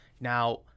Now